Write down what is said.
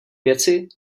věci